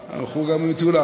עם כל מה שהולך שם,